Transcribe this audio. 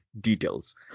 details